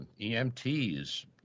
EMTs